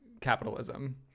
capitalism